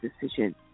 decision